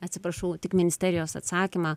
atsiprašau tik ministerijos atsakymą